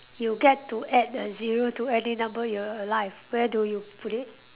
you get to add a zero to any number in your life where do you put it